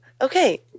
Okay